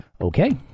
Okay